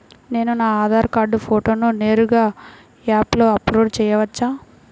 నేను నా ఆధార్ కార్డ్ ఫోటోను నేరుగా యాప్లో అప్లోడ్ చేయవచ్చా?